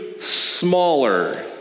smaller